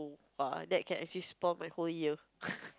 oh err that can actually spoil my whole year